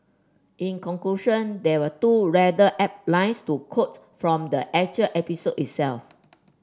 in conclusion there were two rather apt lines to quote from the actual episode itself